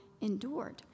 endured